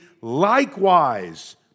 likewise